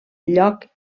lloc